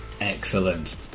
Excellent